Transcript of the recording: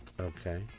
Okay